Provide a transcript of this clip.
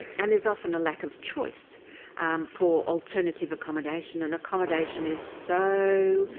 and there's often a lack of choice for alternative accommodation and accommodation is so